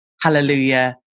hallelujah